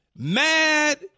mad